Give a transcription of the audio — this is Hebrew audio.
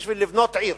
בשביל לבנות עיר